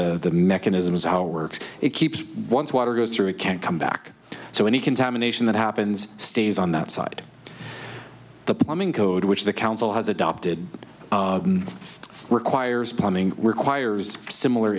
the mechanisms our works it keeps one's water goes through it can't come back so any contamination that happens stays on that side of the plumbing code which the council has adopted requires plumbing requires similar